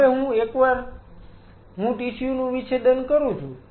હવે એકવાર હું ટિશ્યુ નું વિચ્છેદન કરું છું